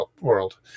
world